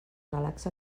relaxa